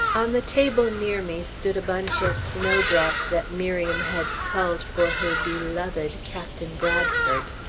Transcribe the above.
on the table near me stood a bunch of snowdrops that miriam had culled for her beloved captain bradford.